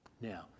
Now